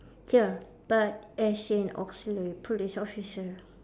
ya but as in auxiliary police officer